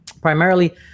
primarily